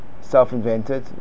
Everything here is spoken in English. self-invented